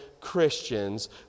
christians